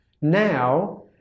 Now